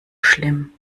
schlimm